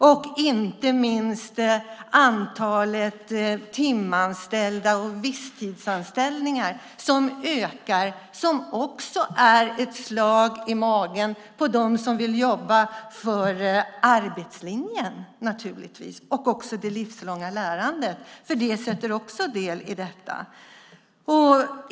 Och inte minst antalet timanställda och visstidsanställda ökar också, vilket är ett slag i magen på dem som vill jobba för arbetslinjen och det livslånga lärandet. För det är också del i detta.